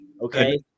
Okay